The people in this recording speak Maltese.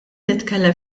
nitkellem